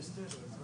מתכננים